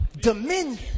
Dominion